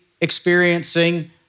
experiencing